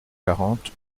quarante